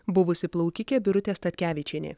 buvusi plaukikė birutė statkevičienė